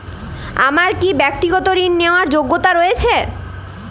আমার কী ব্যাক্তিগত ঋণ নেওয়ার যোগ্যতা রয়েছে?